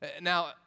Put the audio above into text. Now